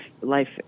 life